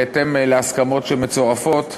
בהתאם להסכמות שמצורפות,